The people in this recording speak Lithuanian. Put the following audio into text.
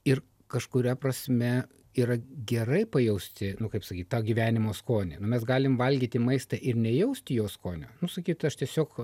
ir kažkuria prasme yra gerai pajausti nu kaip sakyt tą gyvenimo skonį nu mes galime valgyti maistą ir nejausti jo skonio nu sakyt aš tiesiog